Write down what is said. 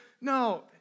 No